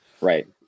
Right